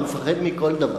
הוא מפחד מכל דבר.